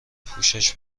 پوشش